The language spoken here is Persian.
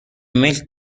ملک